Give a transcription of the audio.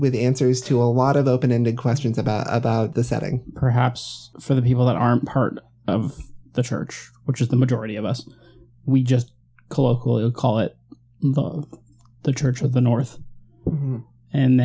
with the answers to a lot of open ended questions about about the setting perhaps for the people that are part of the church which is the majority of us we just colloquial it call it the church of the north and